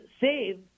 save